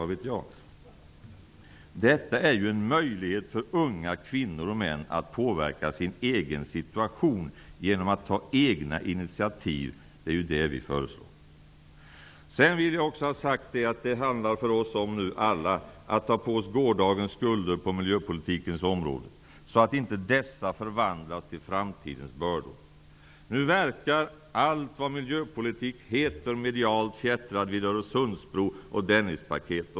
Detta innebär en möjlighet för unga kvinnor och män att påverka sin egen situation genom egna initiativ. Det är vad vi föreslår. Vi måste alla ta på oss gårdagens skulder på miljöpolitikens område, så att dessa inte förvandlas till framtidens bördor. Nu verkar allt vad miljöpolitik heter medialt fjättrad vid Öresundsbro och Dennispaket.